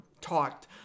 talked